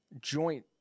joint